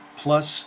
plus